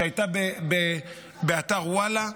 שהייתה באתר וואלה,